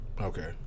Okay